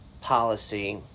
policy